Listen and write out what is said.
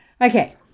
Okay